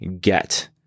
get